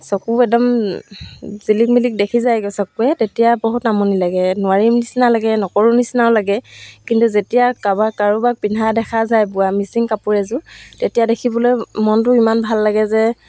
চকু একদম জিলিক মিলিক দেখি যায়গৈ চকুৱে তেতিয়া বহুত আমনি লাগে নোৱাৰিম নিচিনা লাগে নকৰো নিচিনাও লাগে কিন্তু যেতিয়া কাৰোবাৰ কাৰোবাক পিন্ধা দেখা যায় বোৱা মিচিং কাপোৰ এযোৰ তেতিয়া দেখিবলৈ মনটো ইমান ভাল লাগে যে